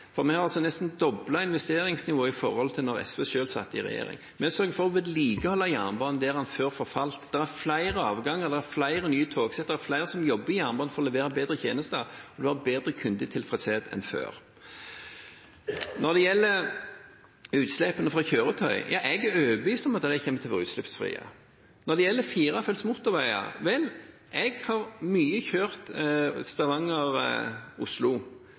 for vi har nesten doblet investeringsnivået i forhold til da SV selv satt i regjering. Vi sørger for å vedlikeholde jernbanen der den før forfalt, det er flere avganger, det er flere nye togsett, det er flere som jobber i jernbanen for å levere bedre tjenester, og det er bedre kundetilfredshet enn før. Når det gjelder utslipp fra kjøretøy, er jeg overbevist om at kjøretøyene kommer til å være utslippsfrie. Når det gjelder firefelts motorveier, har jeg kjørt mye